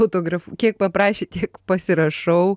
fotograf kiek paprašė tiek pasirašau